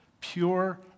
Pure